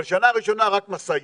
אבל שנה ראשונה רק משאיות.